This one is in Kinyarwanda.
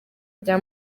rya